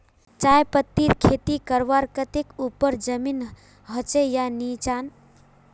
चाय पत्तीर खेती करवार केते ऊपर जमीन होचे या निचान?